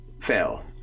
fail